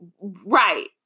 right